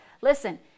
Listen